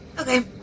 Okay